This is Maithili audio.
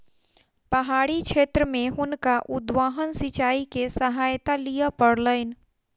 पहाड़ी क्षेत्र में हुनका उद्वहन सिचाई के सहायता लिअ पड़लैन